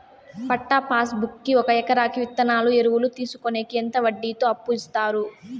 పట్టా passbook కి ఒక ఎకరాకి విత్తనాలు, ఎరువులు తీసుకొనేకి ఎంత వడ్డీతో అప్పు ఇస్తారు?